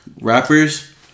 rappers